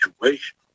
situation